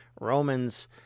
Romans